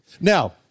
Now